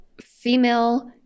female